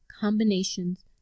combinations